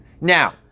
Now